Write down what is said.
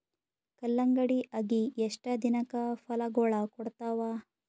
ಕಲ್ಲಂಗಡಿ ಅಗಿ ಎಷ್ಟ ದಿನಕ ಫಲಾಗೋಳ ಕೊಡತಾವ?